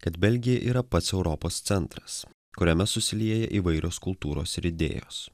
kad belgija yra pats europos centras kuriame susilieja įvairios kultūros ir idėjos